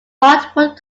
hardwood